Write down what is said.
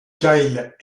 kyle